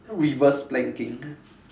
reverse planking